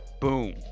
Boom